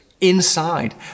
inside